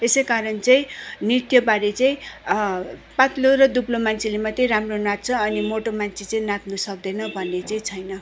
यसै कारण चाहिँ नृत्यबारे चाहिँ पातलो र दुब्लो मान्छेले मात्रै राम्रो नाच्छ अनि मोटो मान्छे चाहिँ नाच्नु सक्दैन भन्ने चाहिँ छैन